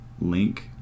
link